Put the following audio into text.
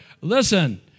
listen